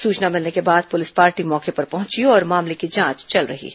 सूचना मिलने के बाद पूलिस पार्टी मौके पर पहुंची और मामले की जांच चल रही है